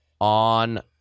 on